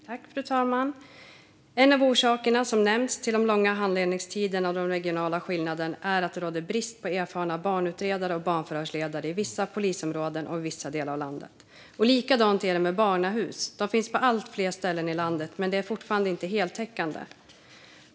Fru talman! En av orsakerna som nämnts till de långa handläggningstiderna och de regionala skillnaderna är att det råder brist på erfarna barnutredare och barnförhörsledare i vissa polisområden och i vissa delar av landet. Likadant är det med barnahus. De finns på allt fler ställen i landet, men det är fortfarande inte heltäckande.